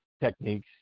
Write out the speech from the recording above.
techniques